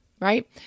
Right